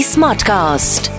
Smartcast